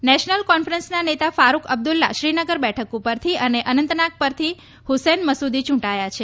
national કોન્ફરન્સના નેતા ફારૂક અબ્દુલ્લા શ્રીનગર બેઠક પરથી અને અનંતનાગ પરતી હુસનેન મસૂદી ચૂંટાયા છે